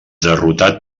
derrotat